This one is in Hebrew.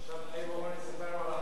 עכשיו חיים אורון יספר לנו על החמור.